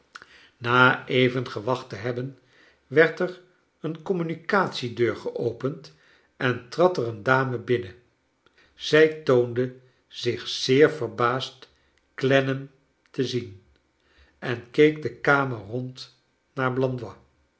na even gewacht te hebben werd er een communicatiedeur geopsnd en trad er een dame binnen zij toonde zich zeer verbaasd clennam te zien en keek de kamer rond naar blandois